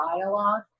dialogue